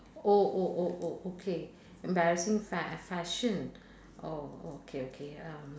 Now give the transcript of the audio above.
oh oh oh oh okay embarrassing fa~ fashion oh okay okay um